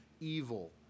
evil